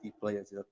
players